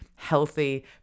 healthy